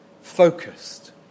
focused